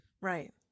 right